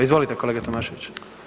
Izvolite kolega Tomašević.